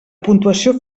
puntuació